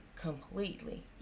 completely